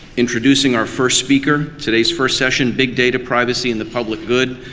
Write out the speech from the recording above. introducing our first speaker today's first session big data, privacy and the public good'.